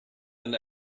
and